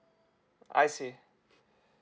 I see